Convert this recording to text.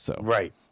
Right